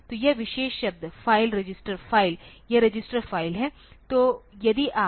तो यह विशेष शब्द फ़ाइल रजिस्टर फ़ाइल यह रजिस्टर फ़ाइल है तो यदि आप